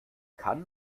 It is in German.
kann